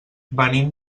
venim